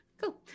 Cool